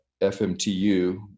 FMTU